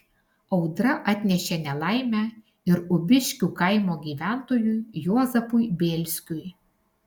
audra atnešė nelaimę ir ubiškių kaimo gyventojui juozapui bėlskiui